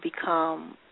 become